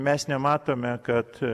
mes nematome kad